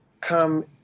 come